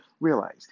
realize